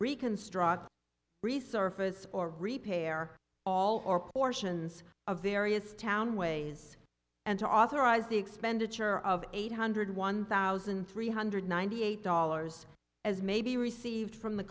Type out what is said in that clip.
reconstruct resurface or repay air all or portions of the area's town ways and to authorize the expenditure of eight hundred one thousand three hundred ninety eight dollars as may be received from the